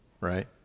right